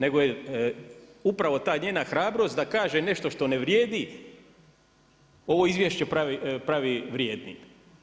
Nego je upravo ta njena hrabrost, da kaže nešto što ne vrijedi, ovo izvješće pravi vrijednim.